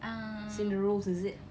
as in the roles is it